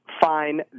fine